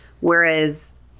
whereas